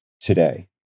today